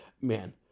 Man